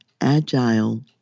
agile